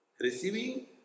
receiving